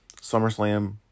SummerSlam